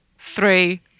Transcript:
Three